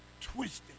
twisted